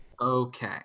Okay